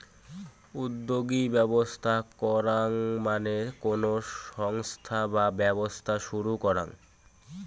উদ্যোগী ব্যবস্থা করাঙ মানে কোনো সংস্থা বা ব্যবসা শুরু করাঙ